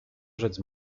rzec